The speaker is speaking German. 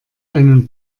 einen